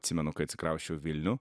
atsimenu kai atsikrausčiau į vilnių